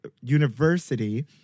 University